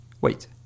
Wait